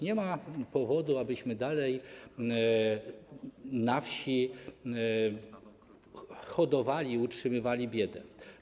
Nie ma powodu, abyśmy dalej na wsi hodowali, utrzymywali biedę.